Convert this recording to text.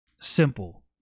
Simple